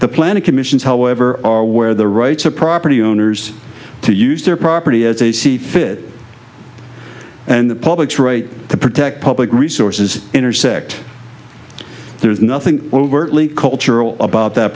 the plan of commissions however are where the rights of property owners to use their property as they see fit and the public's right to protect public resources intersect there is nothing overtly cultural about that